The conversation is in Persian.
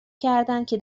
کردندکه